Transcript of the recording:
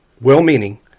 well-meaning